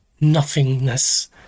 nothingness